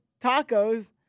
tacos